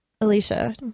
Alicia